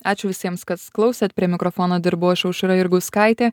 ačiū visiems kas klausėt prie mikrofono dirbau aš aušra jurgauskaitė